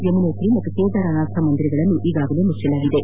ಯಮುನೋತ್ರಿ ಮತ್ತು ಕೇದರನಾಥ ಮಂದಿರಗಳನ್ನು ಈಗಾಗಲೇ ಮುಚ್ಯಲಾಗಿದೆ